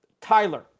Tyler